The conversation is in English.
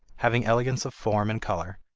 having elegance of form and color,